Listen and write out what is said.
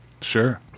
Sure